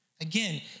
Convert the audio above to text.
Again